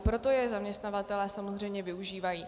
Proto je zaměstnavatelé samozřejmě využívají.